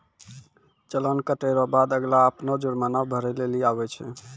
चालान कटे रो बाद अगला अपनो जुर्माना के भरै लेली आवै छै